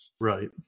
Right